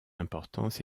importance